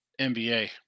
NBA